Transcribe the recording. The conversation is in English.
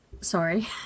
sorry